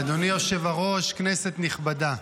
אדוני היושב-ראש, כנסת נכבדה,